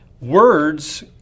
Words